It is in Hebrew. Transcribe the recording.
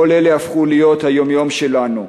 כל אלה הפכו להיות היום-יום שלנו,